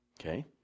Okay